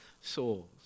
souls